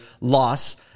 loss